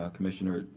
ah commissioner.